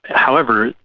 however,